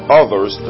others